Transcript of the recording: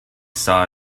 saw